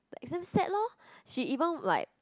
like damn sad lor she even like